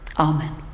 Amen